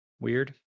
Weird